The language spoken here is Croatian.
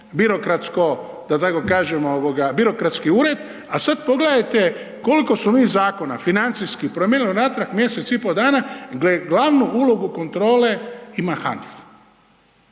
birokratsko, da tako kažem, birokratski ured, a sad pogledajte koliko smo mi zakona financijski promijenili unatrag mjesec i pol dana gdje glavnu ulogu kontrole ima HANFA.